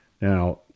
Now